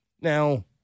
Now